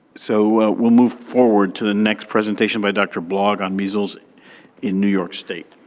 so, we'll move forward to the next presentation by dr. blog on measles in new york state.